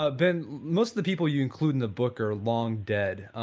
ah ben, most of the people you include in the book are long dead.